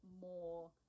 more